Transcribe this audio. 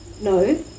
No